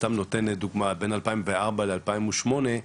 סתם נותן דוגמא בין 2004 ל-2008 ,